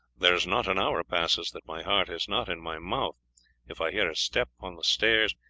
there is not an hour passes that my heart is not in my mouth if i hear a step on the stairs,